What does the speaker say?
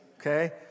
okay